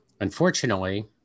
Unfortunately